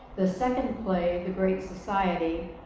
the second play, the great society,